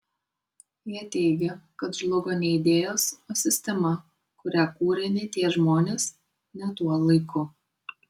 jie teigia kad žlugo ne idėjos o sistema kurią kūrė ne tie žmonės ne tuo laiku